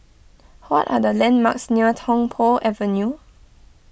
what are the landmarks near Tung Po Avenue